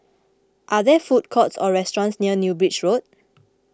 are there food courts or restaurants near New Bridge Road